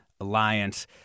Alliance